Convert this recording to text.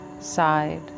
Side